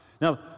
Now